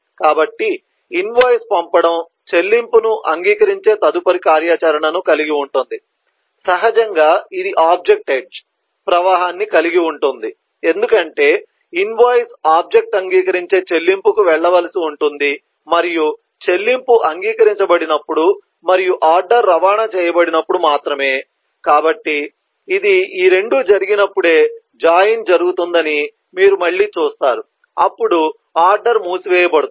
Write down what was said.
కాబట్టి ఇన్వాయిస్ పంపడం చెల్లింపును అంగీకరించే తదుపరి కార్యాచరణను కలిగి ఉంటుంది సహజంగా ఇది ఆబ్జెక్ట్ ఎడ్జ్ ప్రవాహాన్ని కలిగి ఉంటుంది ఎందుకంటే ఇన్వాయిస్ ఆబ్జెక్ట్ అంగీకరించే చెల్లింపుకు వెళ్ళవలసి ఉంటుంది మరియు చెల్లింపు అంగీకరించబడినప్పుడు మరియు ఆర్డర్ రవాణా చేయబడినప్పుడు మాత్రమే కాబట్టి ఇది ఈ రెండూ జరిగినప్పుడే జాయిన్ జరుగుతుందని మీరు మళ్ళీ చూస్తారు అప్పుడు ఆర్డర్ మూసివేయబడుతుంది